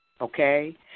okay